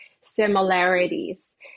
similarities